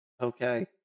Okay